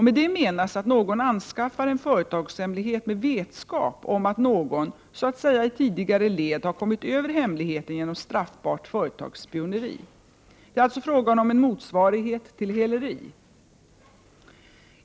Med det menas att någon anskaffar en företagshemlighet med vetskap om att någon så att säga i tidigare led har kommit över hemligheten genom straffbart företagsspioneri. Det är alltså fråga om en motsvarighet till häleri.